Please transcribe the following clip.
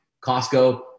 Costco